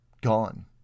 gone